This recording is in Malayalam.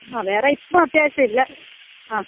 ആ വേറെ ഇപ്പം അത്യാവശ്യമില്ല ആ